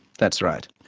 that's right.